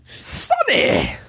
Sunny